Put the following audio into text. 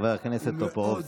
חבר הכנסת טופורובסקי.